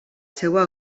seva